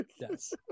Yes